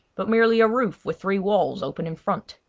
but merely a roof with three walls open in front.